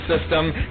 system